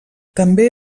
també